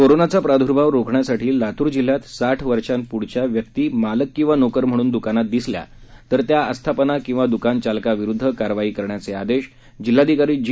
कोरोनाचा प्रार्दुभाव रोखण्यासाठी लातूर जिल्ह्यात साठ वर्षापुढील व्यक्ती मालक किंवा नोकर म्हणून दुकानात दिसल्यास त्या आस्थापना किंवा दुकान चालकाविरुध्द कारवाई करण्याचे आदेश जिल्हाधिकारी जी